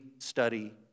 Study